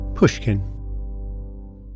Pushkin